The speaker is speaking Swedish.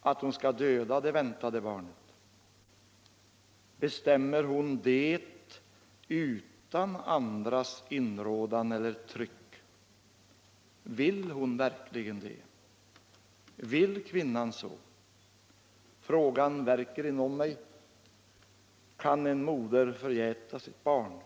Att hon skall döda det väntade barnet? Bestämmer hon det utan andras inrådan eller tryck? Vill hon verkligen det? Vill kvinnan så? Frågan värker inom mig. Kan en moder förgäta sitt barn?